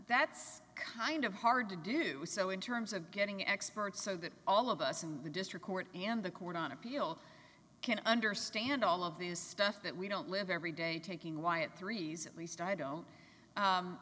that's kind of hard to do so in terms of getting expert so that all of us and the district court and the court on appeal can understand all of this stuff that we don't live every day taking why a three days and least i don't